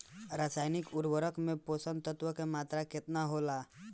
रसायनिक उर्वरक मे पोषक तत्व के मात्रा केतना होला?